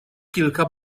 kilka